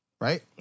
right